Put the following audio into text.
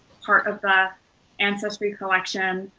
part of the ancestry collection.